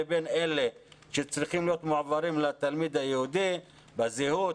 לבין אלה שצריכים להיות מועברים לתלמיד היהודי בזהות,